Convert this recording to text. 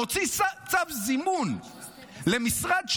מוציא צו זימון למשרד,